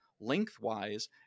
lengthwise